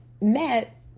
met